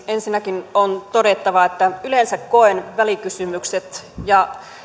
ensinnäkin on todettava että yleensä koen välikysymykset ja